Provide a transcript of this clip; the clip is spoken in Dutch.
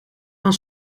van